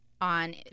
on